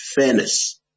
fairness